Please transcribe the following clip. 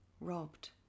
robbed